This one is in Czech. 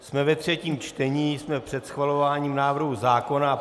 Jsme ve třetím čtení, jsme před schvalováním návrhu zákona.